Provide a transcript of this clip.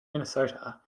minnesota